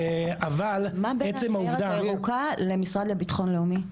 מה ההבדל בין הסיירת הירוקה למשרד לביטחון לאומי?